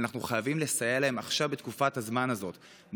אנחנו חייבים לסייע להם בתקופה הזאת,